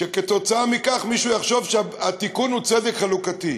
שכתוצאה מכך מישהו יחשוב שהתיקון הוא צדק חלוקתי.